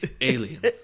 aliens